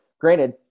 granted